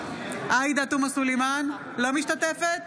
אינה משתתפת